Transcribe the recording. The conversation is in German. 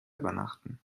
übernachten